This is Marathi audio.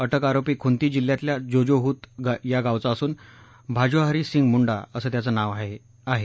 अटक आरोपी खुंती जिल्ह्यातल्या जोजोहतु या गावचा असून भाजोहारी सिंग मुंडा असं त्याचं नाव आहे